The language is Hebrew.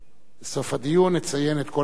בסוף הדיון נציין את כל האורחים